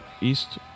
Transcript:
East